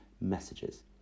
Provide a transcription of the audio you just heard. messages